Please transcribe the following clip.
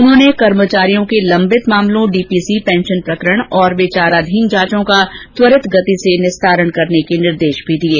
उन्होंने कर्मचारियों के लम्बित मामलों डीपीसी पैंशन प्रकरण और विचाराधीन जांचों का त्वरित गति से निस्तारण करने के निर्देश भी दिये